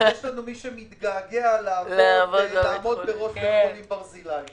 יש לנו מי שמתגעגע לעמוד בראש בית חולים ברזילי,